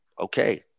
Okay